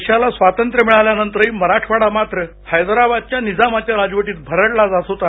देशाला स्वातंत्र्य मिळाल्यानंतरही मराठवाडा मात्र हैदराबादच्या निजामाच्या राजवटीत भरडला जात होता